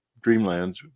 dreamlands